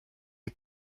est